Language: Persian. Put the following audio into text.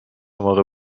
موقع